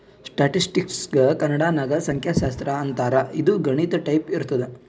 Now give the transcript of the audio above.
ಸ್ಟ್ಯಾಟಿಸ್ಟಿಕ್ಸ್ಗ ಕನ್ನಡ ನಾಗ್ ಸಂಖ್ಯಾಶಾಸ್ತ್ರ ಅಂತಾರ್ ಇದು ಗಣಿತ ಟೈಪೆ ಇರ್ತುದ್